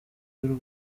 y’u